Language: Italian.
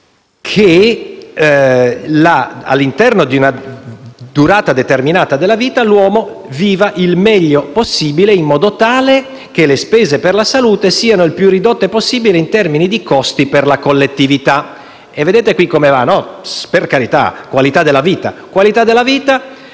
che, all'interno di una durata determinata della vita, l'uomo viva il meglio possibile, in modo tale che le spese per la salute siano il più ridotte possibile in termini di costi per la collettività. E vedete come va qui? Per carità! Qualità della vita! Qualità della vita